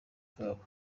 kabo